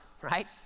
right